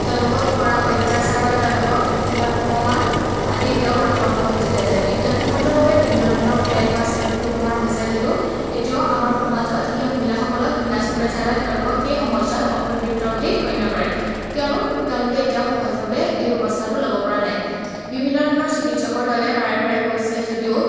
তেওঁলোকক কৰা অত্যাচাৰ বা তেওঁলোকক দিয়া অপমান আদি এতিয়াও বৰ্তমান সময়তো চলি আছে বিজ্ঞানসন্মত ভাবে বিভিন্ন ধৰণৰ পেড বা ষ্ট্ৰেফি ব্যৱহাৰ হৈছে যদিও এতিয়াও আমাৰ সমাজত সেই মহিলাসকলক ঘৃণা চকুৰে চায় বা তেওঁলোকক সেই সময়ছোৱাত অপবিত্ৰ বুলি গণ্য কৰে কিয়নো তেওঁলোকে এতিয়াও সহজভাৱে এই ব্যৱস্থাটো ল'ব পৰা নাই বিভিন্ন ধৰণৰ চিকিৎসকৰ দলে বাৰে বাৰে কৈছে যদিও